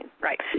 Right